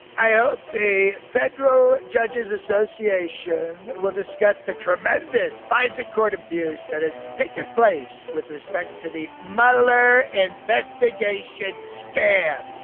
i hope the federal judges association will discuss the trebeck, this fisa court abuse that is taking place with respect to the modeller investigation scam,